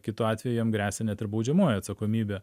kitu atveju jam gresia net ir baudžiamoji atsakomybė